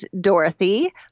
Dorothy